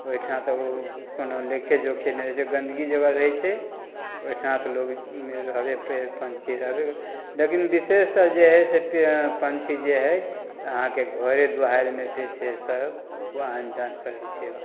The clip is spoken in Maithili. ओहिठाम तऽ ओ कोनो लेखेजोखे नहि रहै छै गन्दगी जगह रहै छै तऽ ओहिठाम तऽ लोक रहबै पेड़ पँछी रहबै लेकिन विषेशतः जे हइ पँछी जे हइ से अहाँके घरे दुआरिमे विषेशतः ओ आन जान करै छै